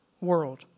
world